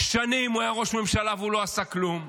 שנים הוא היה ראש ממשלה, והוא לא עשה כלום.